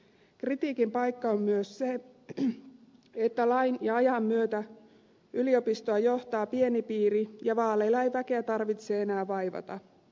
kritiikin paikka on myös se että lain ja ajan myötä yliopistoa johtaa pieni piiri ja vaaleilla ei väkeä tarvitse enää vaivata